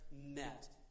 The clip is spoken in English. met